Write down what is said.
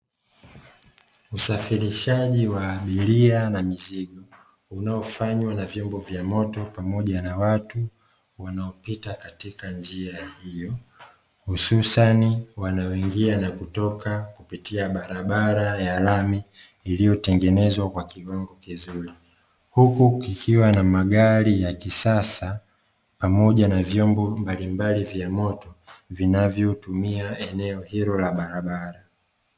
Usafirishaji wa abiria na mizigo unaofanywa na vyombo vya moto pamoja na watu wanaopita katika njia hiyo, hususani wanaoingia na kutoka kupitia barabara ya lami iliyotengenezwa kwa kiwango kizuri, huku kikiwa na magari ya kisasa pamoja na vyombo mbalimbali vya moto vinavyotumia eneo hilo la barabara.